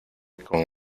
con